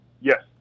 Yes